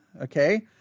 okay